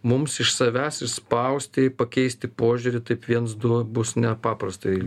mums iš savęs išspausti pakeisti požiūrį taip viens du bus nepaprastai